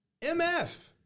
MF